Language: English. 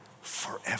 forever